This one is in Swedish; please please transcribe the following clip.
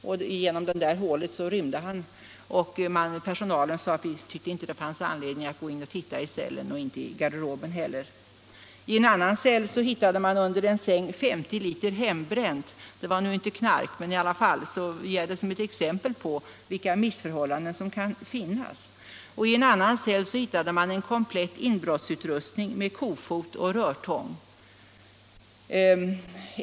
Internen hade kunnat rymma genom hålet, eftersom personalen inte tyckte att det fanns anledning att gå in i cellen och titta, ännu mindre i garderoben. I en annan cell hittade man under en säng 50 liter hembränt. Det gällde här inte knark, men jag vill nämna det som ett exempel på vilka missförhållanden som kan finnas. En komplett inbrottsutrustning med kofot och rörtång hittades i en annan cell.